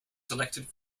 selected